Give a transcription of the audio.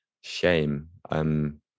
shame